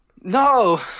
No